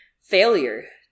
Failure